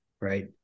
right